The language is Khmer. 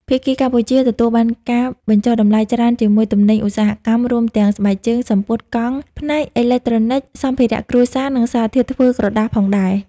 ភាគីកម្ពុជា ទទួលបានការបញ្ចុះតម្លៃច្រើនជាមួយទំនិញឧស្សាហកម្ម រួមទាំង ស្បែកជើង, សំពត់, កង់, ផ្នែកអេឡិចត្រូនិក, សម្ភារៈគ្រួសារ, និងសារធាតុធ្វើក្រដាសផងដែរ ។